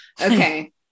okay